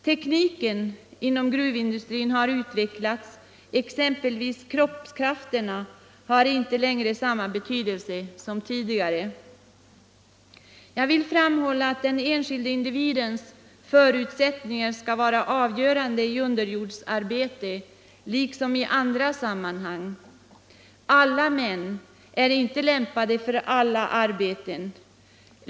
Tekniken inom gruvindustrin har utvecklats, och kroppskrafterna har exempelvis inte längre samma betydelse som tidigare. Jag vill framhålla att den enskilda individens förutsättningar skall vara det avgörande i underjordsarbete liksom i andra sammanhang. Alla män är inte lämpade för alla arbeten.